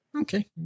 Okay